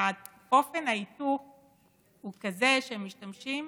אופן ההיתוך הוא כזה שמשתמשים